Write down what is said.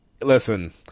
listen